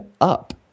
up